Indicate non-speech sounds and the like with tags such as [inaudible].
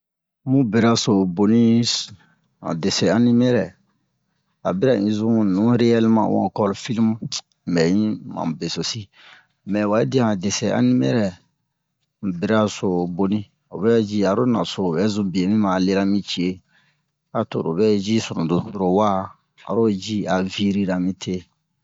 Mu bera so boni han desin-animerɛ a bira un zun nu reyɛleman u ankor filmu [noise] un bɛ yi ma mu besosi mɛ wa yi dia han desin-animerɛ mu bera so boni o vɛ ji aro naso lo bɛ zun bie mi ma lera mi cie a to ro vɛ ji sunu doso lo wa aro ji a virira mi te